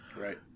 Right